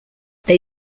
they